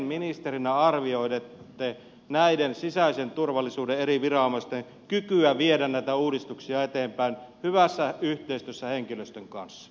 miten ministerinä arvioitte näiden sisäisen turvallisuuden eri viranomaisten kykyä viedä näitä uudistuksia eteenpäin hyvässä yhteistyössä henkilöstön kanssa